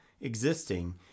existing